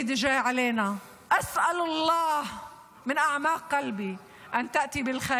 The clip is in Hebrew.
(אומרת בערבית:) תודה.